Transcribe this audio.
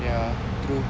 ya true